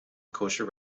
kosher